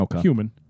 human